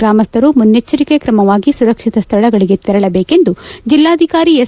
ಗ್ರಾಮಸ್ಥರು ಮುನ್ನಚ್ಚರಿಕೆ ಕ್ರಮವಾಗಿ ಸುರಕ್ಷಿತ ಸ್ಥಳಗಳಿಗೆ ತೆರಳಬೇಕೆಂದು ಜಿಲ್ಲಾಧಿಕಾರಿ ಎಸ್